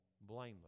blameless